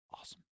Awesome